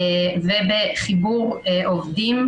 ובחיבור עובדים,